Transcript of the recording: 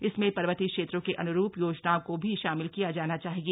इसमें पर्वतीय क्षेत्रों के अन्रूप योजनाओं को भी शामिल किया जाना चाहिए